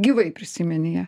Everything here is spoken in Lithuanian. gyvai prisimeni ją